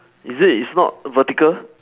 is it it's not vertical